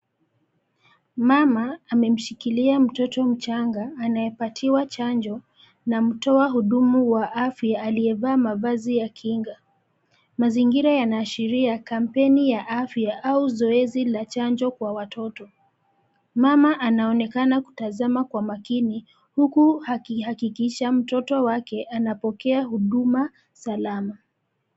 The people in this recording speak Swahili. Mama, amemshikilia mtoto mchanga, anayepatiwa chanjo, na mtoa hudumu wa afya aliyevaa mavazi ya kinga. Mazingira yanaashiria, kampeni ya afya, au zoezi la chanjo kwa watoto. Mama anaonekana kutazama kwa makini, huku akihakikisha mtoto wake, anapokea huduma, salama.